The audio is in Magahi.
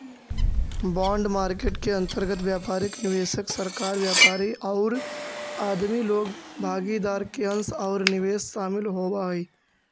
बॉन्ड मार्केट के अंतर्गत व्यापारिक निवेशक, सरकार, व्यापारी औउर आदमी लोग भागीदार के अंश औउर निवेश शामिल होवऽ हई